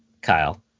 Kyle